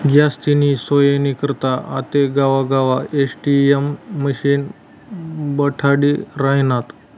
जास्तीनी सोयनी करता आते गावगाव ए.टी.एम मशिने बठाडी रायनात